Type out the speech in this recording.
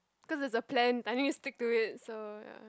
cause it's a plan I need to stick to it so ya